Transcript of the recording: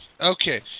Okay